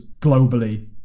globally